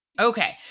Okay